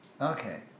Okay